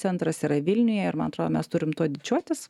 centras yra vilniuje ir man atrodo mes turim tuo didžiuotis